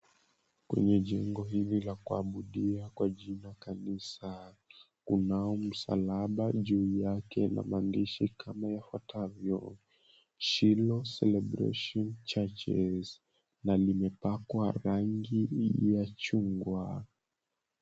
Kwenye jengo hili la kuabudia kwa jina kanisa, kunao msalaba juu yake na maandishi kama yafwatavyo, Shiloh Celebration Churches na limepakwa rangi ya chungwa.